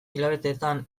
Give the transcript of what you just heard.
hilabeteetan